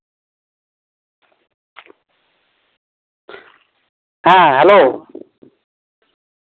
ᱦᱮᱸ ᱦᱮᱞᱳ